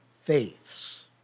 faiths